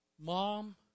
mom